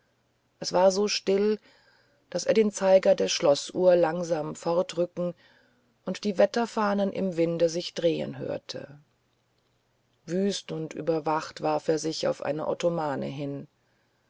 es war so still daß er den zeiger der schloßuhr langsam fortrücken und die wetterfahnen im winde sich drehen hörte wüst und überwacht warf er sich auf eine ottomane hin